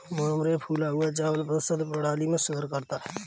मुरमुरे फूला हुआ चावल प्रतिरक्षा प्रणाली में सुधार करता है